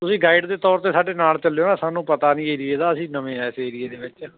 ਤੁਸੀਂ ਗਾਈਡ ਦੇ ਤੌਰ 'ਤੇ ਸਾਡੇ ਨਾਲ ਚੱਲਿਓ ਨਾ ਸਾਨੂੰ ਪਤਾ ਨਹੀਂ ਏਰੀਏ ਦਾ ਅਸੀਂ ਨਵੇਂ ਇਸ ਏਰੀਏ ਦੇ ਵਿੱਚ